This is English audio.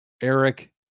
Eric